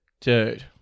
Dude